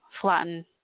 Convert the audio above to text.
Flatten